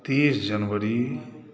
तीस जनवरी